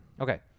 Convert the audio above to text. Okay